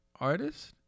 artist